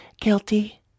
guilty